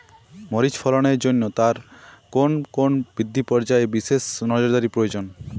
মরিচ ফলনের জন্য তার কোন কোন বৃদ্ধি পর্যায়ে বিশেষ নজরদারি প্রয়োজন?